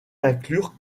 inclure